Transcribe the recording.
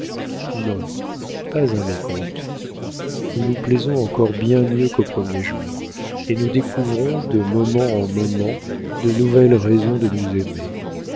non pas un mécompte nous nous plaisons encore bien mieux qu'au premier jour et nous découvrons de moments en moments de nouvelles raisons de nous aimer